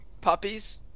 puppies